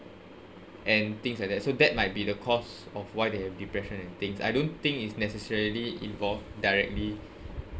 and things like that so that might be the cause of why they have depression and things I don't think it's necessarily involved directly